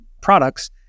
products